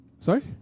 Sorry